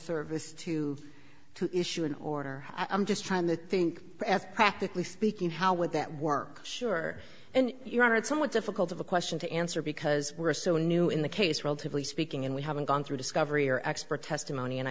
this to to issue an order i'm just trying to think practically speaking how would that work sure and your honor it's somewhat difficult of a question to answer because we're so new in the case relatively speaking and we haven't gone through discovery or expert testimony and i